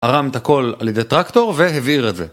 ערם את הכל על ידי טרקטור והעביר את זה